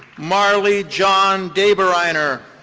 marley john dabereiner.